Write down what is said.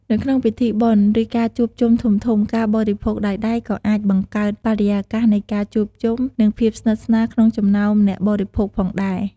នៅក្នុងពិធីបុណ្យ ឬការជួបជុំធំៗ ការបរិភោគដោយដៃក៏អាចបង្កើតបរិយាកាសនៃការជួបជុំ និងភាពស្និទ្ធស្នាលក្នុងចំណោមអ្នកបរិភោគផងដែរ។